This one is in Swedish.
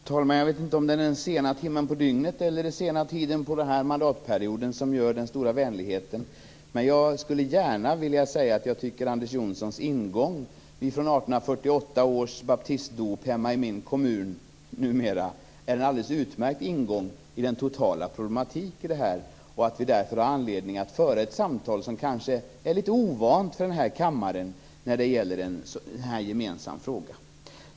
Fru talman! Jag vet inte om det är den sena timmen på dygnet eller den långt framskridna tiden av denna mandatperiod som föranleder den stora vänligheten, men jag skulle gärna vilja säga att Anders Johnsons hänvisning till 1848 års baptistdop hemma i min kommun numera är en alldeles utmärkt ingång till den totala problematiken. Vi har därför anledning att föra ett samtal som kanske är litet ovant för kammaren i en sådan här gemensam fråga.